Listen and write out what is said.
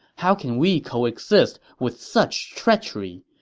how can we coexist with such treachery?